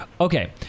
Okay